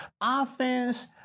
offense